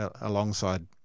alongside